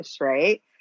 right